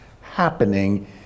happening